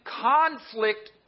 conflict